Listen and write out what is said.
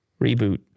reboot